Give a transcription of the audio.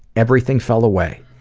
everything fell away.